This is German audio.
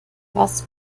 was